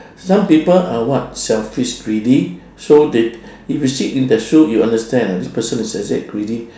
some people are what selfish greedy so they if you sit in the shoe you understand this person is let's say greedy